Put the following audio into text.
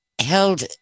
held